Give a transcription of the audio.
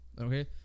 Okay